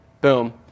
Boom